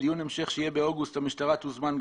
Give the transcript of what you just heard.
בדיון המשך שיהיה באוגוסט המשטרה תוזמן.